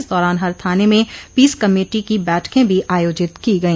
इस दौरान हर थाने में पीस कमेटी की बैठके भी आयोजित की गई